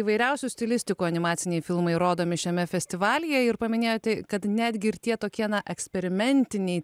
įvairiausių stilistikų animaciniai filmai rodomi šiame festivalyje ir paminėjtoe kad netgi ir tie tokie eksperimentiniai